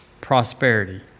prosperity